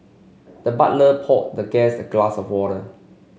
the butler poured the guest glass of water